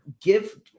give